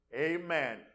Amen